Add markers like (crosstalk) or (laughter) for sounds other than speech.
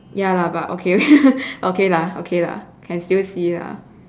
ya lah but (laughs) okay okay lah okay lah can still see lah